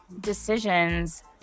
decisions